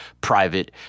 private